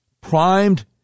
primed